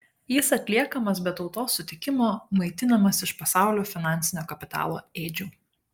jis atliekamas be tautos sutikimo maitinamas iš pasaulio finansinio kapitalo ėdžių